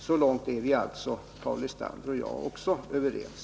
Så långt är Paul Lestander och jag också överens.